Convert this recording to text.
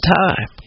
time